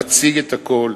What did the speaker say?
נציג את הכול,